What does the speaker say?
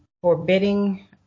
forbidding